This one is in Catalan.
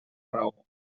raó